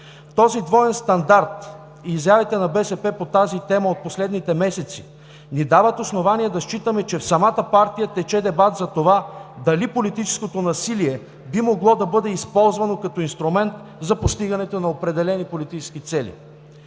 Този двоен стандарт и изявите на БСП по тази тема от последните месеци ни дават основание да считаме, че в самата партия тече дебат за това дали политическото насилие би могло да бъде използвано като инструмент за постигането на определени политически цели.